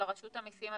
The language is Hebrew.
אלא רשות המסים,